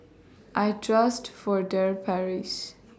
I Trust Furtere Paris